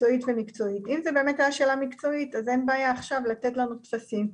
אם זאת הייתה שאלה מקצועית אז אין בעיה לתת לנו טפסים עכשיו,